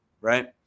right